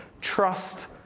trust